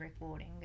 recording